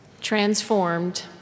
transformed